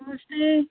नमस्ते